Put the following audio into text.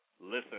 Listen